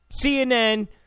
CNN